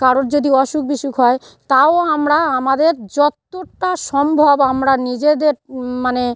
কারোর যদি অসুখ বিসুখ হয় তাও আমরা আমদের যতোটা সম্ভব আমরা নিজেদের মানে